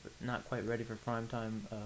not-quite-ready-for-prime-time